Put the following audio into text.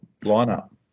lineup